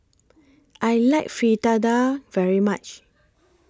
I like Fritada very much